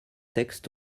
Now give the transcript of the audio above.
textes